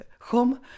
home